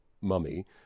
mummy